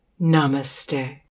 Namaste